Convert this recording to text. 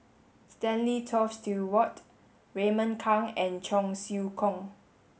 Stanley Toft Stewart Raymond Kang and Cheong Siew Keong